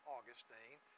Augustine